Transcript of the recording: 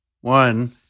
One